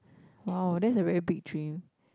!wow! that's a very big dream